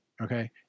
okay